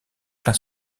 plein